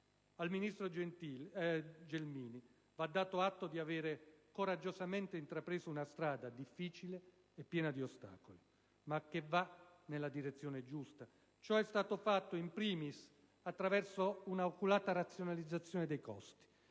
Al ministro Gelmini va dato atto di avere coraggiosamente intrapreso una strada difficile e piena di ostacoli, ma che va nella direzione giusta. Ciò è stato fatto *in primis* attraverso un'oculata razionalizzazione dei costi,